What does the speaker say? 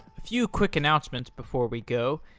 a few quick announcements before we go.